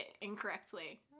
incorrectly